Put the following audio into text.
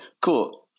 Cool